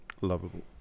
lovable